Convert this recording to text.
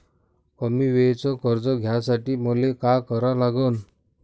कमी वेळेचं कर्ज घ्यासाठी मले का करा लागन?